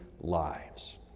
lives